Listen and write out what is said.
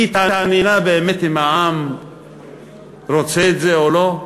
היא התעניינה באמת אם העם רוצה את זה או לא?